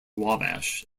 wabash